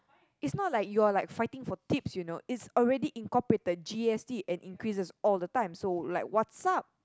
is not like you are like fighting for tips you know it's already incorporated G_S_T and increases all the time so like what's up